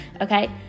okay